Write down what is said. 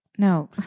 No